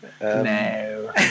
No